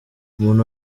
umuntu